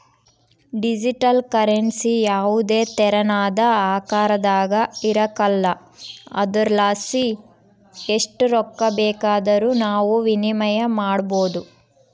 digital currency ಯಾವುದೇ ತೆರನಾದ ಆಕಾರದಾಗ ಇರಕಲ್ಲ ಆದುರಲಾಸಿ ಎಸ್ಟ್ ರೊಕ್ಕ ಬೇಕಾದರೂ ನಾವು ವಿನಿಮಯ ಮಾಡಬೋದು